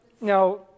Now